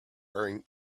wearing